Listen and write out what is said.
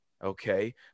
Okay